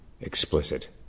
explicit